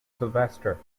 sylvester